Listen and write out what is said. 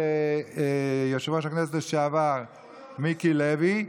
יושב-ראש הכנסת לשעבר מיקי לוי.